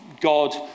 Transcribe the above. God